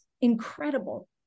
incredible